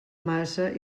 massa